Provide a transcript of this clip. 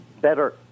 better